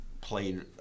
played